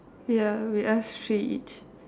ya we ask three each